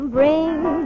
Bring